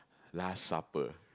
last supper